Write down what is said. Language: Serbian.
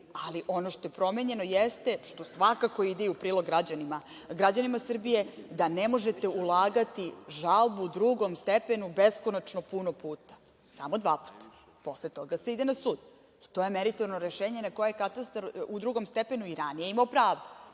ali ono što jeste promenjeno, to svakako ide i u prilog građanima Srbije, da ne možete ulagati žalbu drugom stepenu beskonačno puno puta, samo dva puta, posle toga se ide na sud. To je meritorno rešenje na koje Katastar u drugom stepenu, i ranije imao pravo,